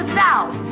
south